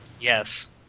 Yes